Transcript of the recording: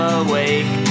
awake